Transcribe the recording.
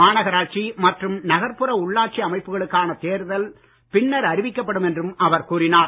மாநகராட்சி மற்றும் நகர்புற உள்ளாட்சி அமைப்புகளுக்கான தேர்தல் பின்னர் அறிவிக்கப்படும் என்றும் அவர் கூறினார்